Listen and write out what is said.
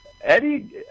Eddie